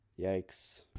Yikes